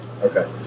Okay